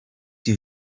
you